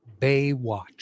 Baywatch